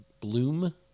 bloom